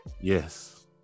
yes